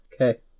Okay